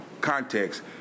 context